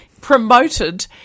promoted